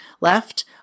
left